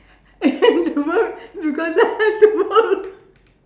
I hate the work because I have to work